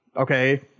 Okay